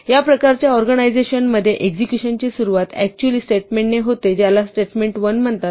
या प्रकारच्या ओर्गानिझेशन मध्ये एक्झेक्युशनची सुरुवात अक्चुअली स्टेटमेंट ने होते ज्याला स्टेटमेंट 1 म्हणतात